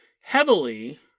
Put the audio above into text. heavily